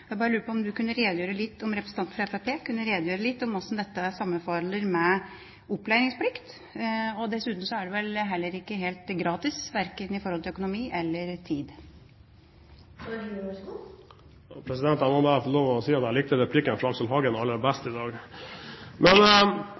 bare å ta én eksamen. Jeg bare lurer på om representanten kunne redegjøre litt for hvordan dette sammenfaller med opplæringsplikten, og dessuten er det vel heller ikke helt gratis, verken i forhold til økonomi eller tid. Jeg må bare få lov til å si at jeg likte replikken fra Aksel Hagen aller best i dag. Det er ingenting pussig i det. Det er altså slik at du som ungdomsskoleelev allerede i dag